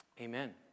Amen